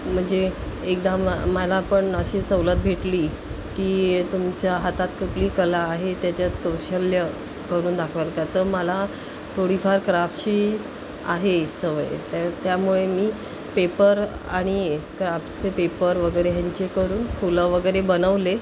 म्हणजे एकदा मला पण अशी सवलत भेटली की तुमच्या हातात कुठली कला आहे त्याच्यात कौशल्य करून दाखवाल का तर मला थोडीफार क्राफ्टची आहे सवय त्या त्यामुळे मी पेपर आणि क्राफ्ट्सचे पेपर वगैरे ह्यांचे करून फुलं वगैरे बनवले